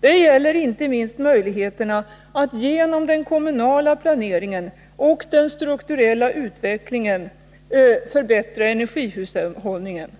Det gäller inte minst möjligheterna att genom den kommunala planeringen och den strukturella utvecklingen förbättra energihushållningen.